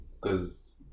Cause